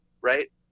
right